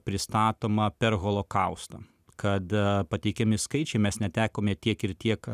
pristatoma per holokaustą kad pateikiami skaičiai mes netekome tiek ir tiek